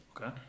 Okay